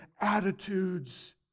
attitudes